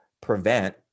prevent